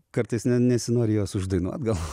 kartais ne nesinori jos uždainuot gal